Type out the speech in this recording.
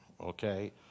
okay